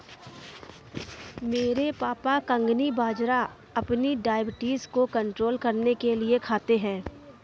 मेरे पापा कंगनी बाजरा अपनी डायबिटीज को कंट्रोल करने के लिए खाते हैं